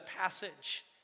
passage